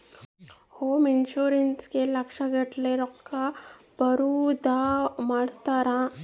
home insurance ಗೇ ಲಕ್ಷ ಗಟ್ಲೇ ರೊಕ್ಕ ಬರೋದ ಮಾಡ್ಸಿರ್ತಾರ